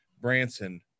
branson